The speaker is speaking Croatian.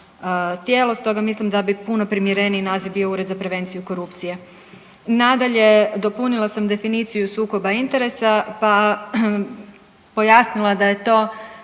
tijelo stoga mislim da bi puno primjereniji naziv bio Ured za prevenciju korupcije. Nadalje, dopunila sam definiciju sukoba interesa pa pojasnila da je to